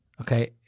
Okay